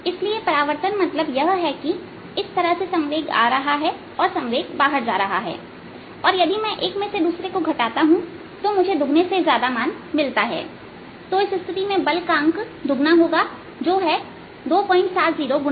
इसलिए परावर्तन मतलब यह है कि इस तरह से संवेग आ रहा है और संवेग बाहर जा रहा है और यदि मैं 1 में से दूसरे को घटाता हूं तो मुझे दुगने से ज्यादा मान मिलता है तो इस स्थिति में बल अंक का दुगना होगा जो है 270 x 10 6 न्यूटन